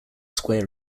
square